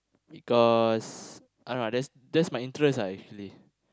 because I don't know that's that's my interest ah actually